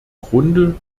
grunde